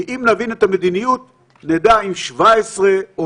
כי אם נבין את המדיניות נדע אם 17 או